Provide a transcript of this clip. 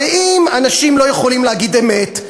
הרי אם האנשים לא יכולים להגיד אמת,